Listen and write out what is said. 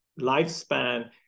lifespan